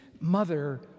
mother